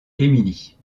émilie